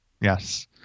Yes